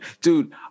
dude